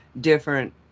different